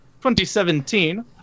2017